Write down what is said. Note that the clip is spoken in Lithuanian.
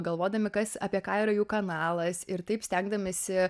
galvodami kas apie ką yra jų kanalais ir taip stengdamiesi